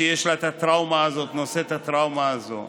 שיש לה את הטראומה הזאת, נושאת את הטראומה הזאת,